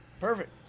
Perfect